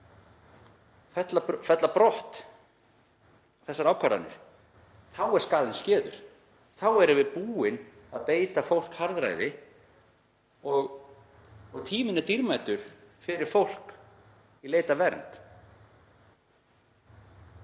til þess að fella brott þessar ákvarðanir. Þá er skaðinn skeður. Þá erum við búin að beita fólk harðræði og tíminn er dýrmætur fyrir fólk í leit að vernd.